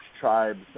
tribes